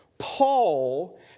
Paul